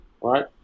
Right